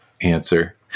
answer